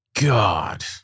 God